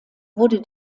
wurde